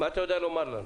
מה אתה יכול לחדש לנו.